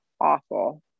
awful